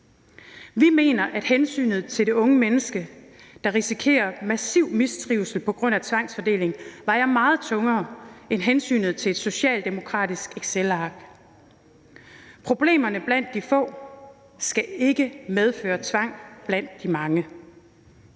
Vi mener, at hensynet til det unge menneske, der risikerer massiv mistrivsel på grund af tvangsfordeling, vejer meget tungere end hensynet til et socialdemokratisk excelark. Problemerne blandt de få skal ikke medføre tvang for de mange.